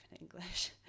English